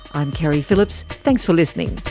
i'm keri phillips. thanks for listening